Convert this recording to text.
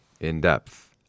In-depth